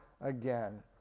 again